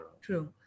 true